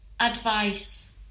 advice